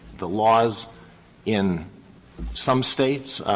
the laws in some states,